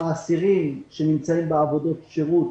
אסירים שנמצאים בעבודות שירות